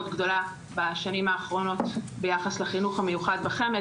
גדולה בשנים האחרונות ביחס לחינוך המיוחד בחמ"ד,